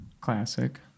classic